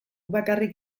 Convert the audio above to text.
bakarrik